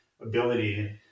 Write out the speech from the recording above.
ability